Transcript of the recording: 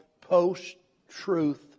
post-truth